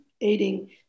aiding